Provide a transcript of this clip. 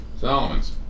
Solomon's